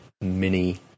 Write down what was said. Mini